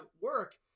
work